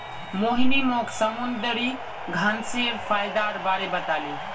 मोहिनी मोक समुंदरी घांसेर फयदार बारे बताले